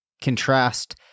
contrast